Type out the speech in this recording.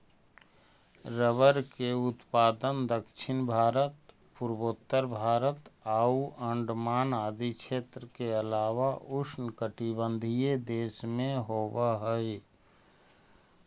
rubber के उत्पादन दक्षिण भारत, पूर्वोत्तर भारत आउ अण्डमान आदि क्षेत्र के अलावा उष्णकटिबंधीय देश में होवऽ हइ